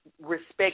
respect